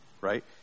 right